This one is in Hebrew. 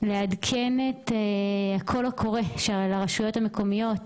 לעדכן את הקול הקורא של הרשויות המקומיות